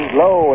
low